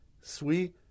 sweet